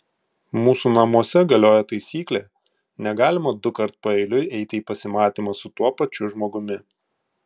mūsų namuose galioja taisyklė negalima dukart paeiliui eiti į pasimatymą su tuo pačiu žmogumi